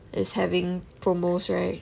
is having promos right